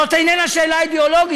זאת איננה שאלה אידיאולוגית,